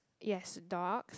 yes dog